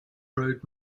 road